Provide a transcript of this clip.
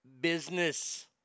business